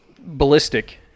ballistic